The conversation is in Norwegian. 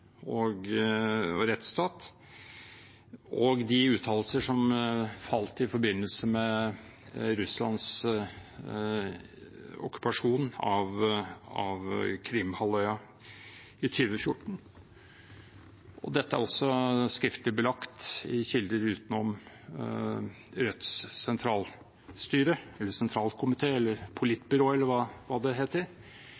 og rettsstat – hadde i forbindelse med Russlands okkupasjon av Krim-halvøya i 2014. Dette er også skriftlig belagt i kilder utenom Rødts sentralstyre – eller sentralkomité eller